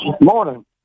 Morning